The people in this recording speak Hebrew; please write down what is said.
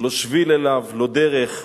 לא שביל אליו, לא דרך.